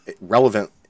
relevant